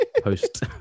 Post